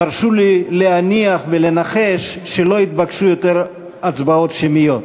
תרשו לי להניח ולנחש שלא יתבקשו עוד הצבעות שמיות.